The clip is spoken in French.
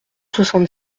soixante